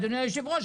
אדוני היושב-ראש,